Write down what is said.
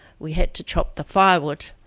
we had to chop the firewood,